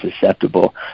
susceptible